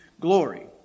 glory